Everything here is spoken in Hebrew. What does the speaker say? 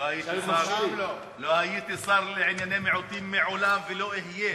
לא הייתי שר לענייני מיעוטים מעולם ולא אהיה